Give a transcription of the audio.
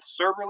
serverless